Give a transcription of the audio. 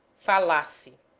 falasse